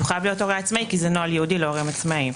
הוא חייב להיות הורה עצמאי כי זה נוהל ייעודי להורים עצמאיים.